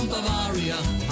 Bavaria